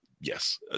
yes